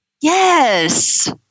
Yes